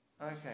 okay